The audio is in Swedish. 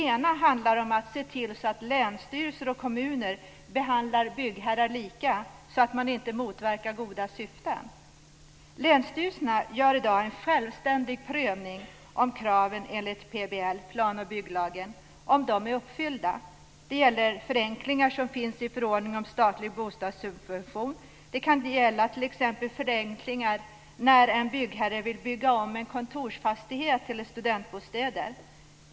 En handlar om att se till så att länsstyrelser och kommuner behandlar byggherrar lika så att inte goda syften motverkas. Länsstyrelserna gör i dag en självständig prövning av om kraven enligt PBL, plan och bygglagen, är uppfyllda. Det kan gälla t.ex. förenklingar i förordningen om statlig bostadssubvention. Det kan gälla förenklingar när en byggherre vill bygga om en kontorsfastighet till studentbostäder.